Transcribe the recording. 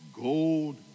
gold